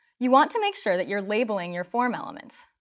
you want to make sure that you're labeling your form elements.